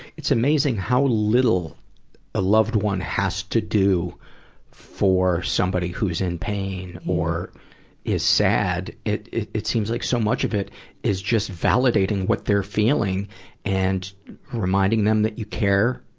it's amazing how little a loved one has to do for somebody who's in pain or is sad. it, it, it, it seems like so much of it is just validating what they're feeling and reminding them that you care,